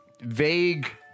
vague